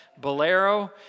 Bolero